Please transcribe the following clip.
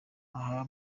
aha